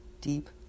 deep